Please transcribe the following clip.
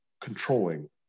controlling